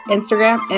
Instagram